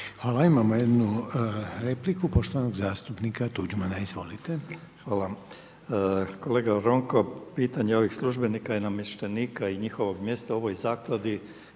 Hvala. Imamo jednu repliku poštovanog zastupnika Tuđmana, izvolite. **Tuđman, Miroslav (HDZ)** Hvala vam. Kolega Ronko, pitanje ovih službenika i namještenika i njihovog mjesta u ovoj zakladi,